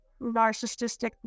narcissistic